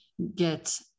get